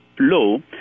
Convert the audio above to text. low